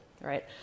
Right